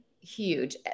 huge